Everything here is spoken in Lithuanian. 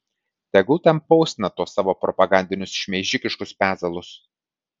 tegul ten postina tuos savo propagandinius šmeižikiškus pezalus